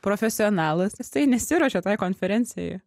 profesionalas jisai nesiruošia tai konferencijai